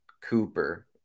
Cooper